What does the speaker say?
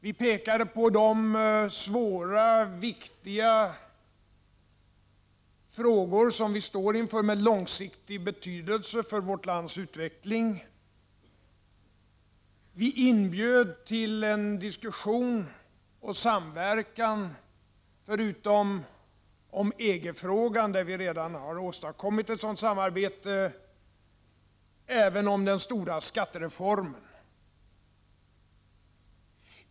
Vi pekade på de svåra och viktiga frågor som vi står inför och som har långsiktig betydelse för vårt lands utveckling. Vi inbjöd till diskussion och samverkan, inte bara i EG-frågan, där vi redan har åstadkommit ett sådant samarbete, utan också om den stora skattereformen.